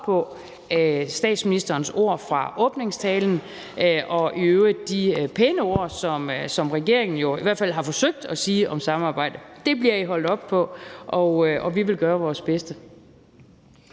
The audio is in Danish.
på statsministerens ord fra åbningstalen og i øvrigt de pæne ord, som regeringen jo i hvert fald har forsøgt at sige om samarbejde. Det bliver I holdt op på, og vi vil gøre vores bedste.